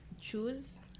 choose